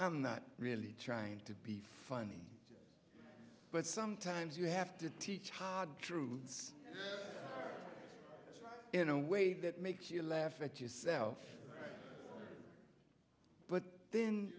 i'm not really trying to be funny but sometimes you have to teach hard truths in a way that makes you laugh at yourself but then